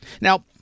Now